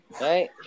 Right